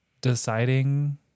deciding